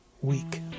week